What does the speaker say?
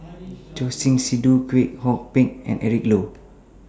Choor Singh Sidhu Kwek Hong Png and Eric Low